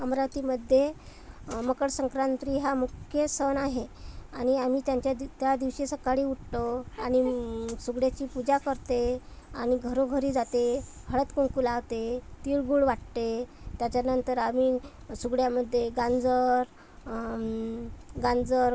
अमरावतीमध्ये मकरसंक्रांती हा मुख्य सण आहे आणि आम्ही त्यांच्या दि त्या दिवशी सक्काळी उठतो आणि सुगड्याची पूजा करते आणि घरोघरी जाते हळदकुंकू लावते तिळगूळ वाटते त्याच्यानंतर आम्ही सुगड्यामध्ये गाजर गाजर